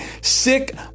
sick